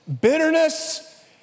bitterness